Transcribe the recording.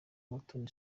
umutoni